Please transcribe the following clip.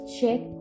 check